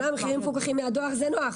כי מחירים מפוקחים בדואר זה נוח.